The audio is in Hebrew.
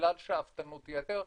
בגלל שאפתנות יתר,